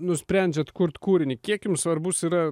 nusprendžiat kurt kūrinį kiek jums svarbus yra